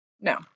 No